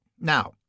Now